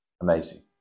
Amazing